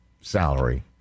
salary